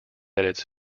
edits